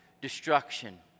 destruction